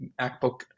MacBook